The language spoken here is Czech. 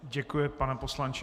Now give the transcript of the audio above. Děkuji, pane poslanče.